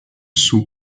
sous